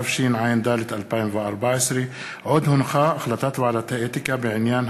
התשע"ד 2014. החלטת ועדת האתיקה בעניין